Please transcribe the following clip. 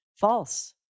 false